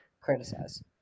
Criticize